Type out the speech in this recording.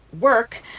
work